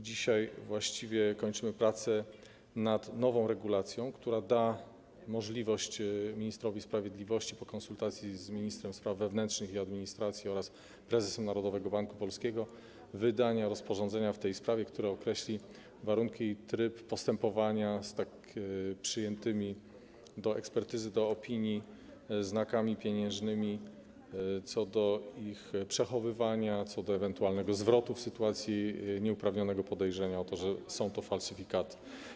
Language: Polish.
Dzisiaj właściwie kończymy prace nad nową regulacją, która da możliwość ministrowi sprawiedliwości po konsultacji z ministrem spraw wewnętrznych i administracji oraz prezesem Narodowego Banku Polskiego wydania rozporządzenia w tej sprawie, które określi warunki i tryb postępowania z tak przyjętymi do ekspertyzy, do opinii znakami pieniężnymi co do ich przechowywania, co do ewentualnego zwrotu w sytuacji nieuprawnionego podejrzenia o to, że są to falsyfikaty.